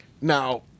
Now